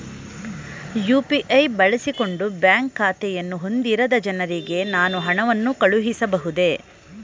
UPI ಬಳಸಿಕೊಂಡು bank ಖಾತೆಯನ್ನು ಹೊಂದಿರದ ಜನರಿಗೆ ನಾನು ಹಣವನ್ನು ಕಳುಹಿಸಬಹುದೇ?